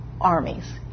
armies